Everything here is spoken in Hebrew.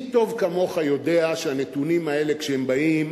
מי טוב כמוך יודע שהנתונים האלה כשהם באים,